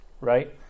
right